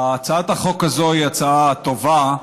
הצעת החוק הזו היא הצעה טובה,